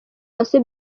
uwase